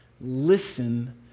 listen